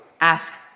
ask